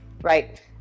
Right